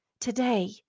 today